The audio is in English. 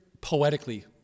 poetically